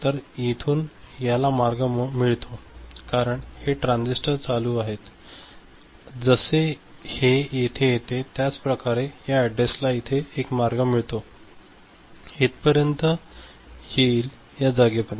तर येथून याला मार्ग मिळतो कारण हे ट्रान्झिस्टर चालू आहेत जसे हे येथे येते त्याचप्रकारे या अॅड्रेसला येथे एक मार्ग मिळतो क्षमस्व येथ पर्यंत येईल या जागेपर्यंत